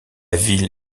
ville